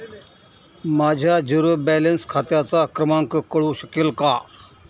माझ्या zero balance खात्याचा क्रमांक कळू शकेल का?